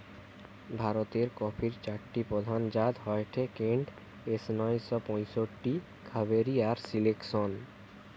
ভারতের কফির চারটি প্রধান জাত হয়ঠে কেন্ট, এস নয় শ পয়ষট্টি, কাভেরি আর সিলেকশন